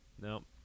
Nope